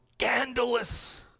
scandalous